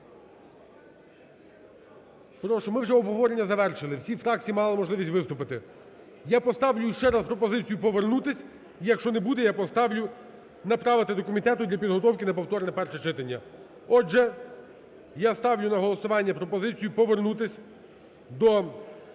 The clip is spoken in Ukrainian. Ми вже обговорення завершили. Всі фракції мали можливість виступити. Я поставлю ще раз пропозицію повернутись, якщо не буде, я поставлю направити до комітету для підготовки на повторне перше читання. Отже, я ставлю на голосування пропозицію повернутись до